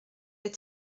est